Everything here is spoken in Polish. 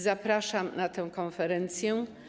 Zapraszam na tę konferencję.